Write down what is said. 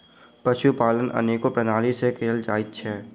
पशुपालन अनेको प्रणाली सॅ कयल जाइत छै